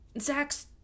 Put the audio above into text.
Zach's